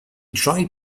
tried